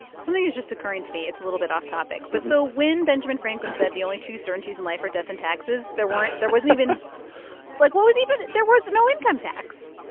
something is just occurring to me. it's a little bit off-topic but so when benjamin franklin said the only two certainties in life are death and taxes, there weren't. there wasn't even like, what was even there was no income tax